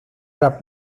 las